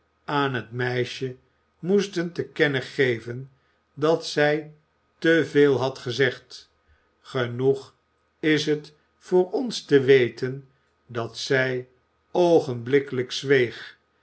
aan het meisje moesten te kennen geven dat zij te veel had gezegd genoeg is het voor ons te weten dat zij oogenblikkelijk zweeg